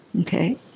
Okay